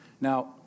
Now